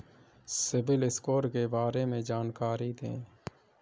CIBIL score के बारे में जानकारी दें?